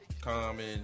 Common